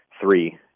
three